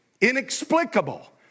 inexplicable